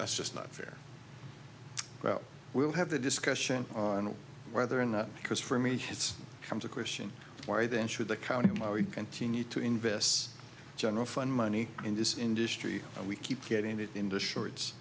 that's just not fair well we'll have the discussion on whether or not because for me it's come to question why then should the county and why we continue to invest general fund money in this industry and we keep getting it into shorts